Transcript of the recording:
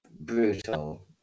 Brutal